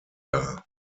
dar